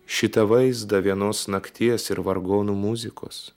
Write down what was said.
šitą vaizdą vienos nakties ir vargonų muzikos